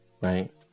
right